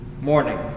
morning